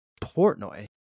Portnoy